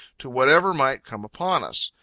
to whatever might come upon us.